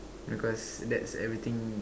because that's everything